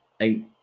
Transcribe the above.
eight